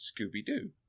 Scooby-Doo